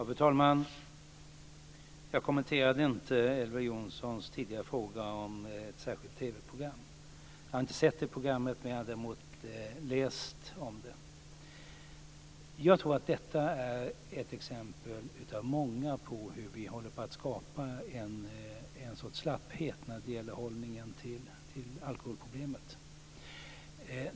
Fru talman! Jag kommenterade inte Elver Jonssons tidigare fråga om ett särskilt TV-program. Jag har inte sett programmet. Däremot har jag läst om det. Jag tror att detta är ett av många exempel på att vi håller på att skapa en sorts slapphet när det gäller hållningen till alkoholproblemet.